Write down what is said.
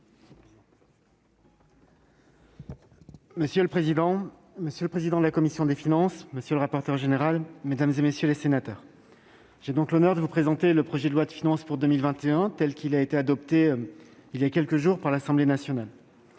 Monsieur le président, monsieur le président de la commission des finances, monsieur le rapporteur général, mesdames, messieurs les sénateurs, j'ai l'honneur de vous présenter le projet de loi de finances pour 2021 tel qu'il a été adopté, il y a quelques jours, par l'Assemblée nationale.